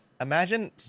imagine